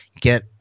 get